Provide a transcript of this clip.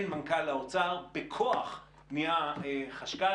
אין מנכ"ל לאוצר, בכוח נהיה חשכ"ל,